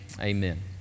Amen